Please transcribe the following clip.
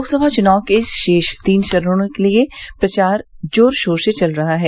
लोकसभा चुनाव के शेष तीन चरणों के लिये प्रचार जोर शोर से चल रहा है